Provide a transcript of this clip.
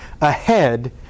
ahead